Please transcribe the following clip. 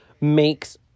makes